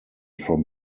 from